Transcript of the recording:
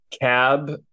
cab